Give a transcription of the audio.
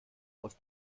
aus